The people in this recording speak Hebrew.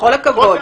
בכל הכבוד.